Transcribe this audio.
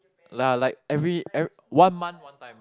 ya like every one month one time